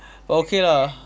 but okay lah